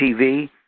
TV